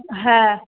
হ্যাঁ